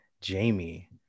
jamie